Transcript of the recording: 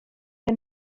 que